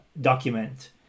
document